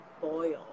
boil